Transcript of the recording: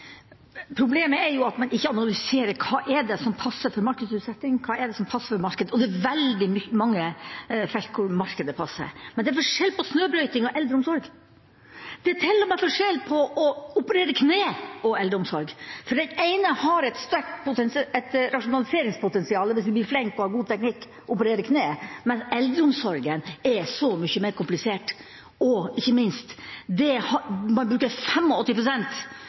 Problemet er jo at man ikke analyserer hva som passer for markedsutsetting – hva som passer for markedet. Det er veldig mange felt hvor markedet passer, men det er forskjell på snøbrøyting og eldreomsorg. Det er til og med forskjell på kneoperasjoner og eldreomsorg. Det ene har et sterkt rasjonaliseringspotensial, hvis man blir flink og har god teknikk i å operere kne, mens eldreomsorgen er så mye mer komplisert. Og, ikke minst, man bruker